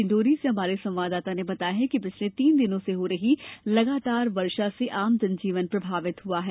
डिंडोरी से हमारे संवाददाता ने बताया है कि पिछले तीन दिनों से हो रही लगातार बारिश से आम जनजीवन प्रभावित हुआ है